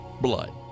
blood